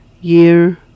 Year